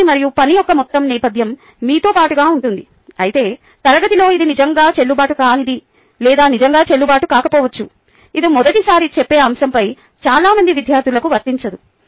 ఆసక్తి మరియు పని యొక్క మొత్తం నేపథ్యం మీతో పాటుగా ఉంటుంది అయితే తరగతిలో ఇది నిజంగా చెల్లుబాటు కానిది లేదా నిజంగా చెల్లుబాటు కాకపోవచ్చు ఇది మొదటి సారి చెప్పే అంశంపై చాలా మంది విద్యార్థులకు వర్తించదు